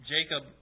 Jacob